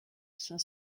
cinq